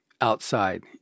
outside